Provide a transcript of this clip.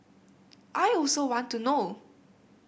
I also want to know